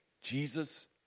Jesus